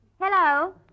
Hello